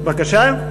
בבקשה?